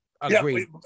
Agreed